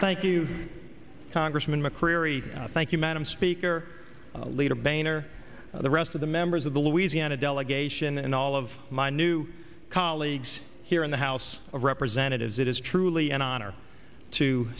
thank you congressman mccreary thank you madam speaker leader boehner the rest of the members of the louisiana delegation and all of my new colleagues here in the house of representatives it is truly an honor to